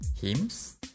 Hymns